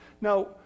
Now